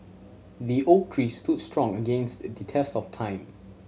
the oak tree stood strong against the test of time